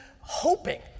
hoping